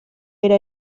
era